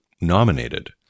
nominated